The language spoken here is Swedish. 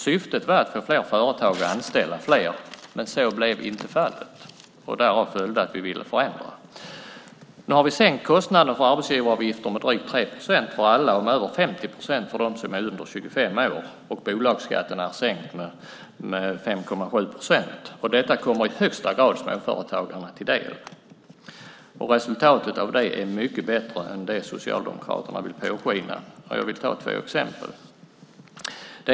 Syftet var att få fler företag att anställa fler, men så blev inte fallet. Därav följde att vi ville förändra. Nu har vi sänkt kostnaden för arbetsgivaravgiften med drygt 3 procent för alla och med över 50 procent för dem som är under 25 år. Bolagsskatten är sänkt med 5,7 procent. Detta kommer i högsta grad småföretagarna till del. Resultatet av det är mycket bättre än vad Socialdemokraterna vill påskina. Jag vill ta upp två exempel på det.